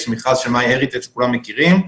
יש מכרז של MyHeritage שכולם מכירים.